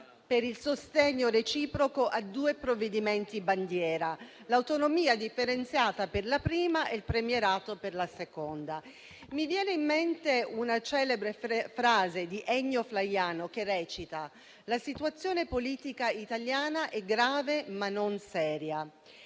per il sostegno reciproco a due provvedimenti bandiera: l'autonomia differenziata per la prima e il premierato per la seconda. Mi viene in mente una celebre frase di Ennio Flaiano, che recita: la situazione politica italiana è grave ma non è seria.